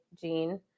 gene